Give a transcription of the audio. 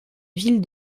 ville